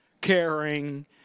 caring